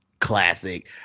Classic